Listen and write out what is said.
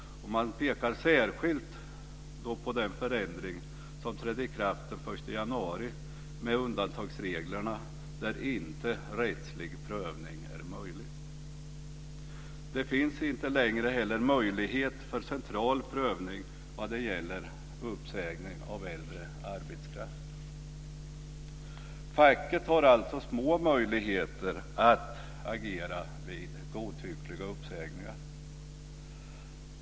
Man pekar särskilt på den förändring som trädde i kraft den 1 januari med undantagsreglerna där inte rättslig prövning är möjlig. Det finns dessutom inte längre möjlighet för central prövning vad gäller uppsägning av äldre arbetskraft. Facket har alltså små möjligheter att agera vid godtyckliga uppsägningar.